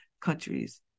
countries